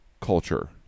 culture